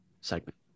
segment